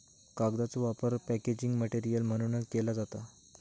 कागदाचो वापर packaging material म्हणूनव केलो जाता